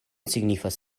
signifas